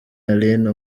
aline